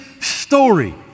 story